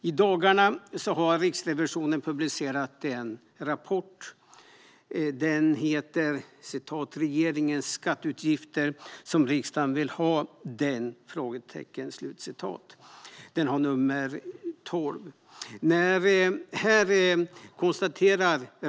I dagarna har Riksrevisionen publicerat en rapport, Regeri ngens skatte utgiftsredovisning - som riksdagen vill ha den? , med nr 12.